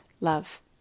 love